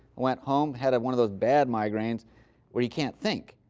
went home, had one of those bad migraines where you can't think,